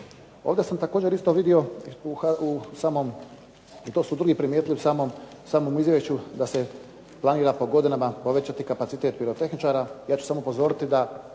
Ovdje sam također isto vidio u samom, to su drugi primijetili u samom izvješću da se planira po godinama povećati kapacitet pirotehničara. Ja ću samo upozoriti da